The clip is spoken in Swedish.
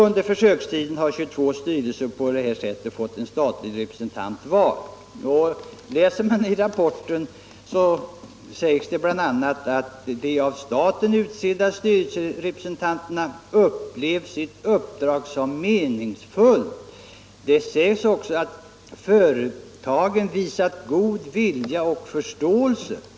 Under försökstiden har 22 styrelser haft vardera en statlig representant, och i rapporten sägs bl.a. att de av staten utsedda styrelserepresentanterna upplevt sitt uppdrag som meningsfullt. Det sägs också att företagen visat god vilja och förståelse.